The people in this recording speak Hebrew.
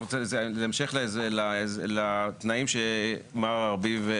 זה המשך לתנאים שמר ארביב,